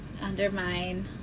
undermine